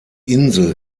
insel